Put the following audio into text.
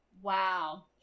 Wow